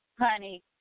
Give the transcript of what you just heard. Honey